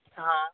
हा